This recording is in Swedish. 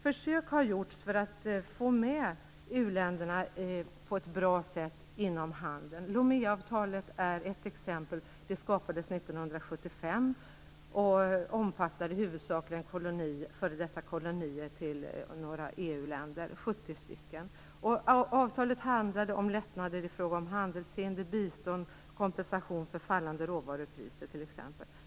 Försök har gjorts för att få med u-länderna på ett bra sätt inom handeln. Loméavtalet är ett exempel. Det skapades 1975 och omfattade huvudsakligen f.d. kolonier, 70 stycken, till några EU-länder. Avtalet handlade t.ex. om lättnader i fråga om handelshinder, bistånd och kompensation för fallande råvarupriser.